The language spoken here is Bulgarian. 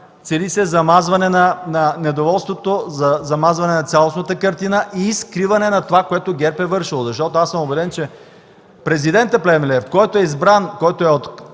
цели се замазване на недоволството, замазване на цялостната картина и скриване на това, което ГЕРБ е вършил. Защото аз съм убеден, че президентът Плевнелиев, който е избран от ГЕРБ